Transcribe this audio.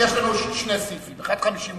יש לנו שני סעיפים, 52,